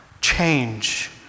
change